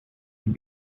will